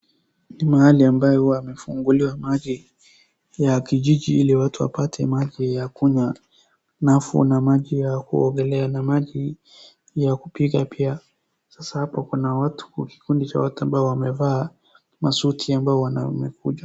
Ni mahali ambayo wamefunguliwa maji ya kijiji ili watu wapate maji ya kunywa alafu na maji ya kuogelea na maji ya kupika pia. Sasa hapo kuna watu kuna kikundi cha watu ambao wamevaa masuti ambao wamekuja